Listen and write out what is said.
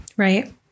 Right